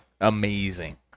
Amazing